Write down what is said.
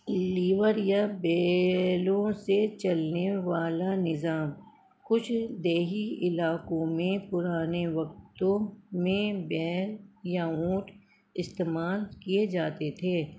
liver یا بیلوں سے چلنے والا نظام کچھ دیہی علاقوں میں پرانے وقتو میں بیل یا اونٹ استعمال کیے جاتے تھے